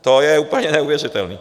To je úplně neuvěřitelné!